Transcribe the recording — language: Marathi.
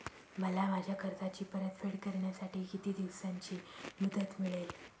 मला माझ्या कर्जाची परतफेड करण्यासाठी किती दिवसांची मुदत मिळेल?